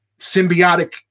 symbiotic